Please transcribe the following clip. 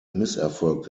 misserfolg